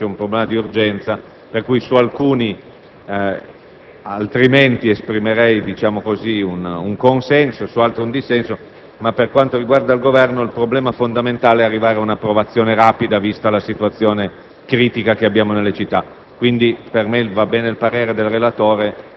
passi in qualche modo in secondo piano, perché c'è un problema di urgenza. Su alcuni, altrimenti, esprimerei un consenso, su altri un dissenso. Per quanto riguarda il Governo, il problema fondamentale è arrivare ad una approvazione rapida, vista la situazione critica presente nelle città.